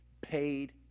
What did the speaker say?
Paid